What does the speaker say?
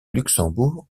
luxembourg